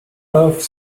both